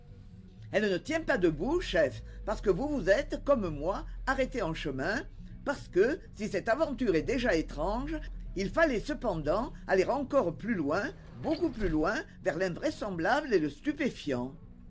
elle ne tient pas de debout chef parce que vous vous êtes comme moi arrêté en chemin parce que si cette aventure est déjà étrange il fallait cependant aller encore plus loin beaucoup plus loin vers l'invraisemblable et le stupéfiant